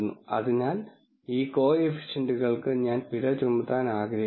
അതിനാൽ ഈ കോഎഫിഷ്യന്റ്കൾക്ക് ഞാൻ പിഴ ചുമത്താൻ ആഗ്രഹിക്കുന്നു